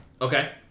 Okay